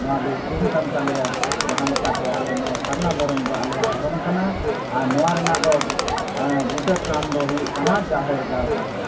ᱱᱚᱣᱟᱜᱮ ᱩᱯᱨᱩᱢ ᱠᱟᱱ ᱛᱟᱞᱮᱭᱟ ᱡᱟᱦᱟᱸ ᱞᱮᱠᱟᱛᱮ ᱟᱞᱮ ᱱᱚᱣᱟ ᱥᱟᱨᱱᱟ ᱫᱷᱚᱨᱚᱢ ᱫᱚ ᱟᱞᱮᱭᱟᱜ ᱫᱷᱚᱨᱚᱢ ᱠᱟᱱᱟ ᱟᱨ ᱱᱚᱣᱟ ᱨᱮᱱᱟᱜ ᱫᱚ ᱵᱩᱴᱟᱹ ᱛᱷᱟᱱ ᱫᱚ ᱦᱩᱭᱩᱜ ᱠᱟᱱᱟ ᱡᱟᱦᱮᱨ ᱜᱟᱲ ᱛᱟᱞᱮ